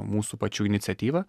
mūsų pačių iniciatyva